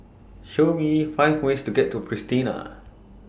Show Me five ways to get to Pristina